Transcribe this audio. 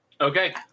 Okay